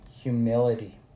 humility